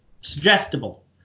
suggestible